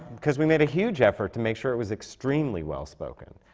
because we made a huge effort to make sure it was extremely well-spoken.